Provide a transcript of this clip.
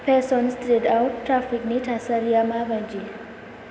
fashion स्ट्रिटाव ट्राफिकनि थासारिया मा बायदि